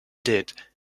did